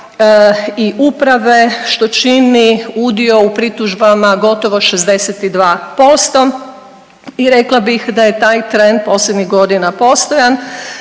i uprave što čini udio u pritužbama gotovo 62% i rekla bih da je taj trend posljednjih godina postojan.